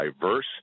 diverse